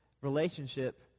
relationship